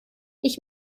ich